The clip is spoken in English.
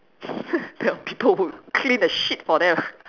the people would clean the shit for them